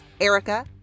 Erica